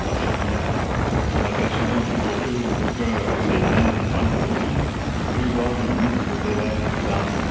l'archidiacre en apercevant tout autour du choeur ces blêmes pointes d'ogives crut voir des mitres d'évêques damnés